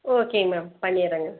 ஓகேங்க மேம் பண்ணிடுறேங்க